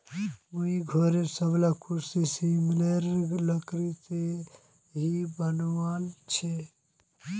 मुई घरेर सबला कुर्सी सिशमेर लकड़ी से ही बनवाल छि